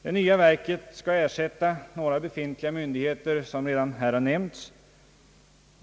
Det nya verket skall ersätta några befintliga myndigheter — vilket redan har nämnts i tidigare anföranden.